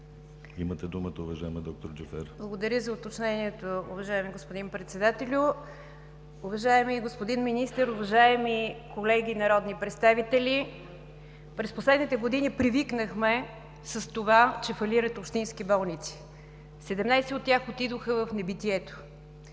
Имате думата, уважаема доктор Джафер. НИГЯР ДЖАФЕР (ДПС): Благодаря за уточнението, уважаеми господин Председателю. Уважаеми господин Министър, уважаеми колеги народни представители! През последните години привикнахме, че фалират общински болници. Седемнадесет от тях отидоха в небитието.